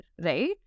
right